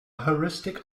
heuristic